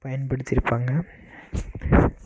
பயன்படுத்தியிருப்பாங்க